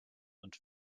und